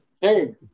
Hey